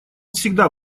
всегда